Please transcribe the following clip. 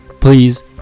Please